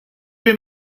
him